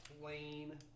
plain